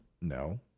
No